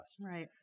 Right